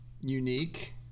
unique